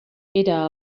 era